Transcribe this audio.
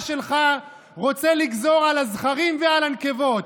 שלך רוצה לגזור על הזכרים ועל הנקבות.